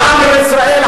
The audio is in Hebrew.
העם בישראל,